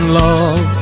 love